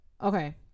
Okay